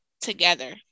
together